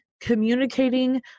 communicating